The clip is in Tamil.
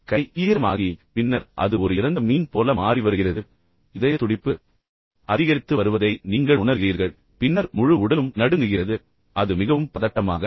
எனவே கை ஈரமாகி பின்னர் அது ஒரு இறந்த மீன் போல மாறி வருகிறது பின்னர் இதய துடிப்பு அதிகரித்து வருவதை நீங்கள் உணர்கிறீர்கள் பின்னர் முழு உடலும் நடுங்குகிறது அது மிகவும் பதட்டமாக இருக்கிறது